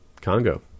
Congo